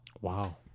Wow